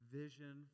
vision